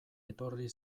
etorri